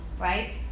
right